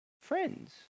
friends